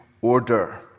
order